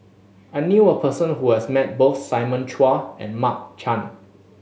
I knew a person who has met both Simon Chua and Mark Chan